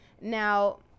Now